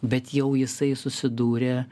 bet jau jisai susidūrė